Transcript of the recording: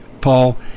Paul